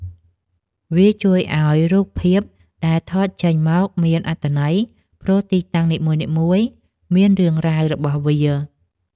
វាជួយឱ្យរូបភាពដែលថតចេញមកមានអត្ថន័យ ព្រោះទីតាំងនីមួយៗមានរឿងរ៉ាវរបស់វា។